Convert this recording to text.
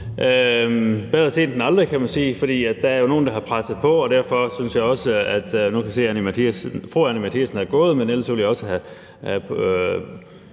Bedre sent end aldrig, kan man sige, for der er jo nogle, der har presset på. Nu kan jeg se, at fru Anni Matthiesen er gået, men ellers ville jeg også have